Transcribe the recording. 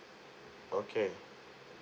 okay